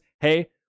hey